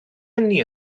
hynny